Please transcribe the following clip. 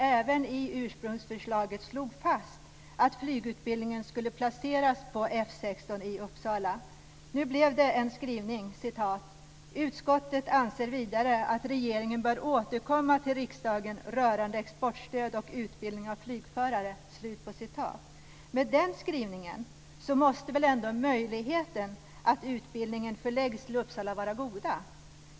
Även i ursprungsförslaget slogs fast att flygutbildningen skulle placeras på F 16 i Uppsala. Nu blev det följande skrivning: "Utskottet anser vidare att regeringen bör återkomma till riksdagen rörande exportstöd och utbildning av flygförare." Med den skrivningen måste väl ändå möjligheten att utbildningen förläggs till Uppsala vara god.